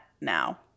now